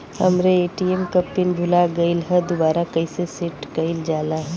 हमरे ए.टी.एम क पिन भूला गईलह दुबारा कईसे सेट कइलजाला?